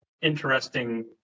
interesting